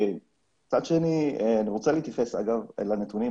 מצד שני אני רוצה להתייחס לנתונים,